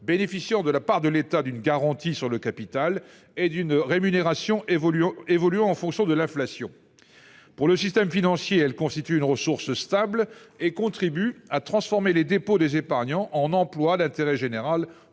bénéficiant de la part de l'état d'une garantie sur le capital et d'une rémunération évolue évolue en fonction de l'inflation. Pour le système financier. Elle constitue une ressource stable et contribue à transformer les dépôts des épargnants en emplois d'intérêt général de long